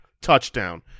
touchdown